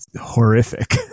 horrific